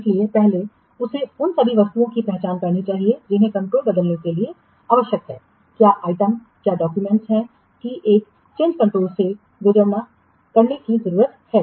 इसलिए पहले उसे उन सभी वस्तुओं की पहचान करनी चाहिए जिन्हें कंट्रोल बदलने के लिए आवश्यक है क्या आइटम क्या डाक्यूमेंट्स है कि एक चेंजकंट्रोल से गुजरना करने की जरूरत है